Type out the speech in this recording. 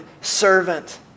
servant